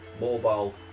mobile